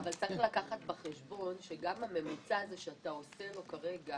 אבל צריך לקחת בחשבון שגם הממוצע הזה שאתה עושה כרגע